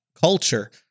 culture